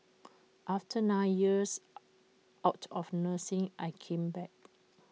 after nine years out of nursing I came back